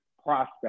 prospect